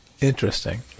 Interesting